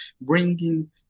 bringing